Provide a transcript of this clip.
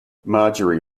marjorie